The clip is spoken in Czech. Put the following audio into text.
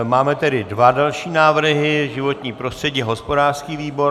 Dobře, máme tedy dva další návrhy, životní prostředí a hospodářský výbor.